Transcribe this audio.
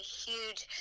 huge